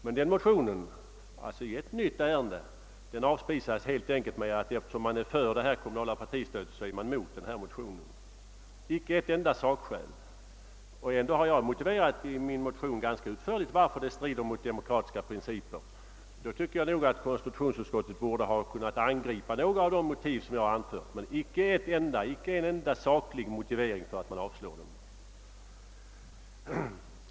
Men motionen i detta nya ärende' avspisades med att eftersom man i utskottet var för kommunalt partistöd, så var man emot motionen. Utskottet anförde inte ett enda sakskäl, trots det jag i motionen också ganska utförligt motiverat varför det kommunala partistödet strider mot demokratiska principer. Då tycker jag att konstitutionsutskottet hade kunnat angripa några av mina motiv. Men utskottet anförde som sagt inte en enda saklig motivering för sitt avslag.